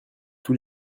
tous